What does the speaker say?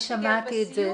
שמעתי את זה.